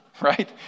right